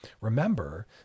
remember